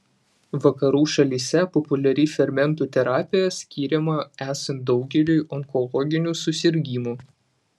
vakarų šalyse populiari fermentų terapija skiriama esant daugeliui onkologinių susirgimų